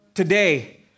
Today